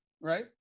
right